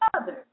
others